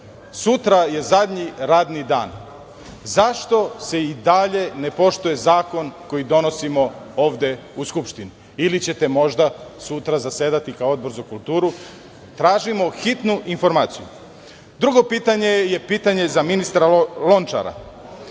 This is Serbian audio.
Sutra je zadnji radni dan. Zašto se i dalje ne poštuje zakon koji donosimo ovde u Skupštini? Ili ćete možda sutra zasedati kao Odbor za kulturu? Tražimo hitnu informaciju. Drugo pitanje je pitanje za ministra Lončara.